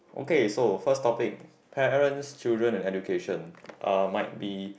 okay so first topic parents children and education uh might be